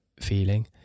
feeling